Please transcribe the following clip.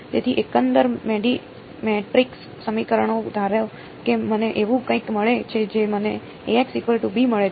તેથી એકંદર મેટ્રિક્સ સમીકરણો ધારો કે મને એવું કંઈક મળે છે જે મને મળે છે